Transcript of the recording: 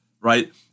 right